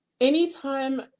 Anytime